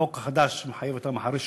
החוק החדש מחייב אותם אחרי שנה,